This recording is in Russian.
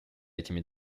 этими